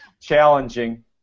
challenging